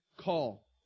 call